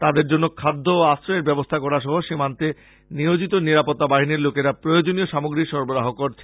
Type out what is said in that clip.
তাদের জন্য খাদ্য ও আশ্রয়ের ব্যবস্থা করা সহ সীমান্তে নিয়োজিত নিরাপত্তা বাহিনীর লোকেরা প্রয়োজনীয় সামগ্রী সরবরাহ্ করছে